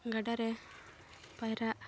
ᱜᱟᱰᱟ ᱨᱮ ᱯᱟᱭᱨᱟᱜ